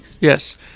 yes